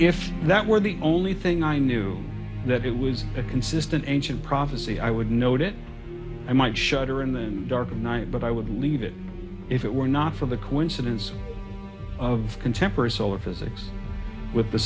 if that were the only thing i knew that it was a consistent ancient prophecy i would note it i might shutter in the dark of night but i would leave it if it were not for the coincidence of contemporary solar physics with the